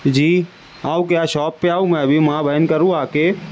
جی آؤں کیا شاپ پہ آؤں ابھی ماں بہن کروں آ کے